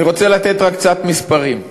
אני רוצה לתת רק קצת מספרים.